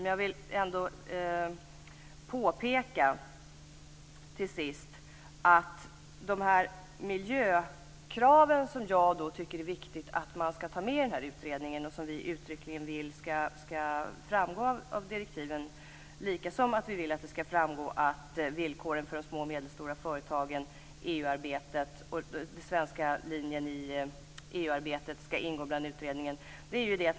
Men jag vill ändå till sist peka på de miljökrav som jag tycker att det är viktigt att man skall ta med i den här utredningen och som vi vill skall uttryckligen framgå av direktiven, liksom vi vill att det skall framgå att villkoren för de små och medelstora företagen och den svenska linjen i EU-arbetet skall ingå i den här utredningen.